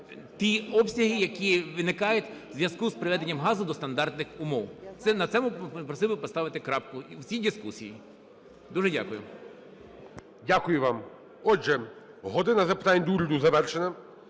ті обсяги, які виникають в зв'язку з приведенням газу до стандартних умов. На цьому просив би поставити крапку в цій дискусії. Дуже дякую. ГОЛОВУЮЧИЙ. Дякую вам. Отже, "година запитань до Уряду" завершена.